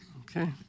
Okay